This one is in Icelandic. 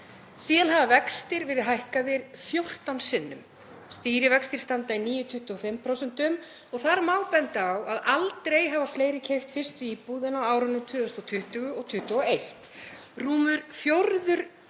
hafa vextir verið hækkaðir 14 sinnum, stýrivextir standa í 9,25% og þar má benda á að aldrei hafa fleiri keypt fyrstu íbúð en á árunum 2020 og 2021.